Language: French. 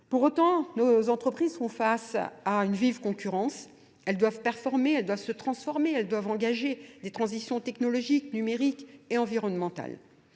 Pour autant, nos entreprises sont face à une vive concurrence. Elles doivent performer, elles doivent se transformer, elles doivent engager des transitions technologiques, numériques et environnementales.